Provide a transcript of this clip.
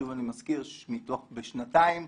שוב אני מזכיר בשנתיים,